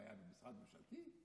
הבעיה זה משרד ממשלתי?